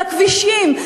בכבישים,